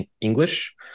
English